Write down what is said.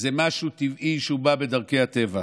שזה משהו טבעי שבא בדרכי הטבע.